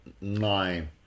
nine